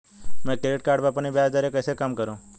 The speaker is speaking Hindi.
मैं क्रेडिट कार्ड पर अपनी ब्याज दरें कैसे कम करूँ?